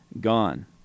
gone